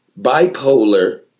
bipolar